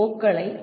க்களை என்